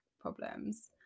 problems